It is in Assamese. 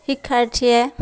শিক্ষাৰ্থীয়ে